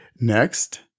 Next